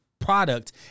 product